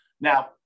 Now